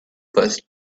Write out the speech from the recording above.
first